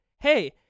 hey